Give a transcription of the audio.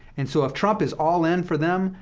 and so if trump is all in for them,